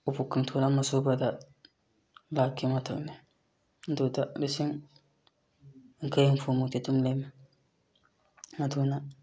ꯎꯐꯨ ꯀꯥꯡꯊꯣꯜ ꯑꯃ ꯁꯨꯕꯗ ꯂꯥꯛꯀꯤ ꯃꯊꯛꯅꯤ ꯑꯗꯨꯗ ꯂꯤꯁꯤꯡ ꯌꯥꯡꯈꯩ ꯍꯨꯝꯐꯨꯃꯨꯛꯇꯤ ꯑꯗꯨꯝ ꯂꯦꯝꯃꯤ ꯑꯗꯨꯅ